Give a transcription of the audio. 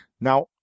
now